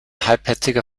halbherziger